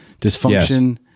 Dysfunction